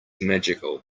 magical